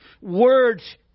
Words